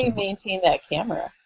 maintain that camera?